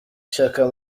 shyaka